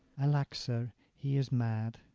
alack, sir, he is mad.